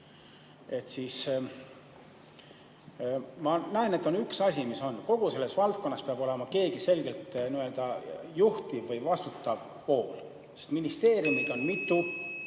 siis ma näen, et on üks asi: kogu selles valdkonnas peab olema keegi selgelt juhtiv või vastutav pool, sest ministeeriume on mitu